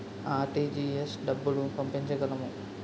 RTGS డబ్బులు పంపించగలము?